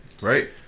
Right